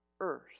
earth